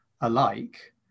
alike